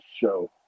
show